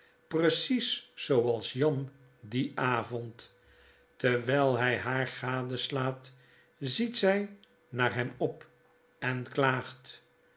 precies zooals jan dien avond terwyl hy haar gadeslaat ziet zy naar hem op en klaagt